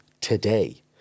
today